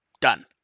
Done